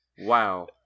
Wow